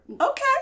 Okay